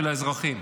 של האזרחים.